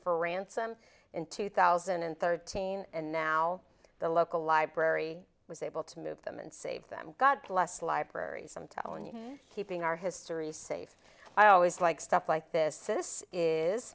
for ransom in two thousand and thirteen and now the local library was able to move them and save them god bless libraries i'm telling you keeping our history safe i always like stuff like this this is